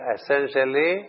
Essentially